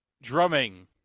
Drumming